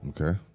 Okay